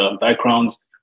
backgrounds